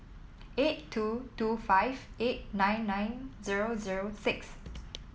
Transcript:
eight two two five eight nine nine zero zero six